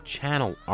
Channel